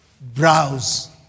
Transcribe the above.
Browse